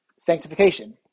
Sanctification